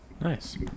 Nice